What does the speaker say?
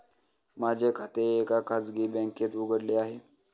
माझे खाते एका खाजगी बँकेत उघडले आहे